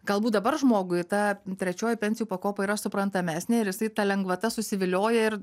galbūt dabar žmogui ta trečioji pensijų pakopa yra suprantamesnė ir jisai ta lengvata susivilioja ir